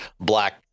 black